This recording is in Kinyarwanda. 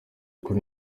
kuri